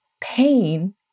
pain